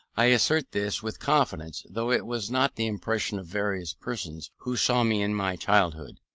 i assert this with confidence, though it was not the impression of various persons who saw me in my childhood.